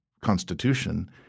constitution